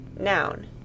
Noun